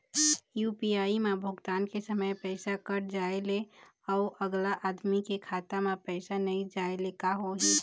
UPI म भुगतान के समय पैसा कट जाय ले, अउ अगला आदमी के खाता म पैसा नई जाय ले का होही?